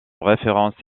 référence